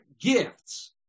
gifts